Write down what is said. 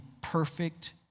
perfect